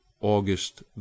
august